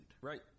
Right